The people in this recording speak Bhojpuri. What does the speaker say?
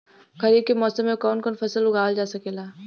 खरीफ के मौसम मे कवन कवन फसल उगावल जा सकेला?